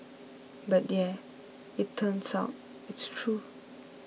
but yeah it turns out it's true